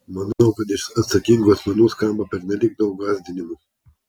manau kad iš atsakingų asmenų skamba pernelyg daug gąsdinimų